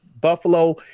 Buffalo